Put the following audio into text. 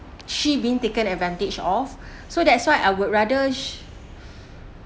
she been taken advantage of so that's why I would rather she